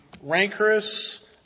rancorous